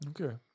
Okay